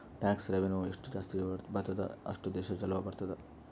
tax revenue ಎಷ್ಟು ಜಾಸ್ತಿ ಬರ್ತುದ್ ಅಷ್ಟು ದೇಶ ಛಲೋ ಇರ್ತುದ್